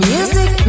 Music